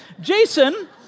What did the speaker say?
Jason